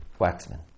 Waxman